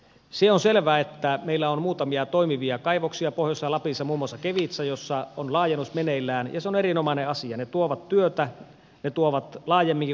se on selvä että meillä on muutamia toimivia kaivoksia poissa lapissa momassa kevitsa jossa on laajennus meneillään ja se on erinomainen asia ne tuovat työtä ja tuovat laajemminkin